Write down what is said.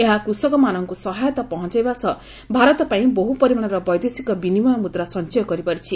ଏହା କୃଷକମାନଙ୍କୁ ସହାୟତା ପହଞ୍ଚାଇବା ସହ ଭାରତପାଇଁ ବହୁ ପରିମାଣର ବୈଦେଶିକ ବିନିମୟ ମୁଦ୍ରା ସଞ୍ଚୟ କରିପାରିଛି